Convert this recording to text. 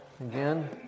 again